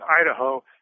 Idaho